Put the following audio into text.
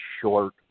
short